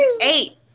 eight